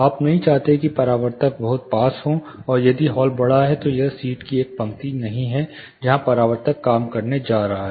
आप नहीं चाहते कि परावर्तक बहुत पास हों और यदि हॉल बड़ा है तो यह सीट की एक पंक्ति नहीं है जहाँ परावर्तक काम करने जा रहा है